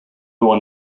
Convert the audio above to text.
one